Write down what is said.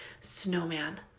snowman